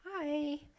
Hi